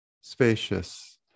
spacious